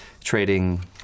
trading